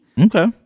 Okay